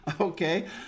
Okay